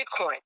Bitcoin